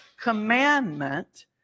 commandment